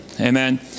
Amen